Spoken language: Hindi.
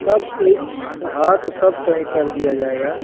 सब सुवि हाँ तो सब सही कर दिया जायेगा